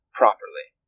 properly